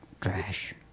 Trash